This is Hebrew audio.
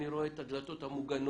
אני רואה את הדלתות המוגנות,